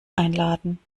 einladen